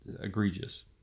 egregious